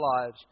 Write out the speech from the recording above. lives